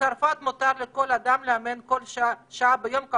בצרפת מותר לכל אדם לאמן שעה ביום,